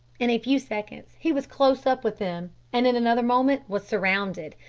in a few seconds he was close up with them, and in another moment was surrounded.